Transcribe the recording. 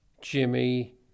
Jimmy